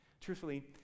truthfully